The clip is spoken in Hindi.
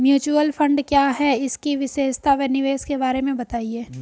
म्यूचुअल फंड क्या है इसकी विशेषता व निवेश के बारे में बताइये?